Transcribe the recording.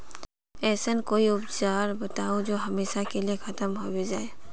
ऐसन कोई उपचार बताऊं जो हमेशा के लिए खत्म होबे जाए?